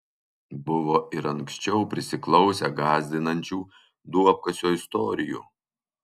buvo ir anksčiau prisiklausę gąsdinančių duobkasio istorijų